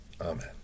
Amen